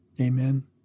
Amen